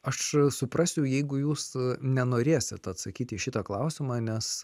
aš suprasiu jeigu jūs nenorėsit atsakyt į šitą klausimą nes